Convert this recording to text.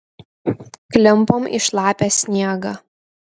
klimpom į šlapią sniegą